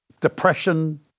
Depression